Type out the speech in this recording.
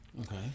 Okay